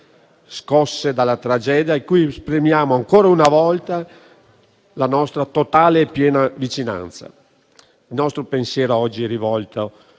scosse dalla tragedia, a cui esprimiamo ancora una volta la nostra totale e piena vicinanza. Il nostro pensiero oggi è rivolto